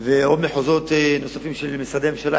ועוד מחוזות של משרדי ממשלה,